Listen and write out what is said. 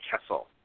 Kessel